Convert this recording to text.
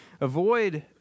avoid